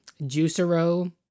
Juicero